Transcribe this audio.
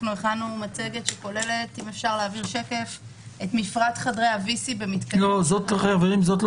אפשר לומר "טלפון ללא